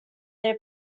their